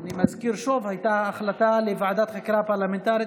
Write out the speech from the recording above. אני מזכיר שוב: הייתה החלטה להפוך מוועדת חקירה פרלמנטרית